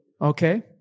Okay